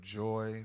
joy